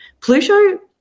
Pluto